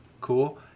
Cool